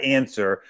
answer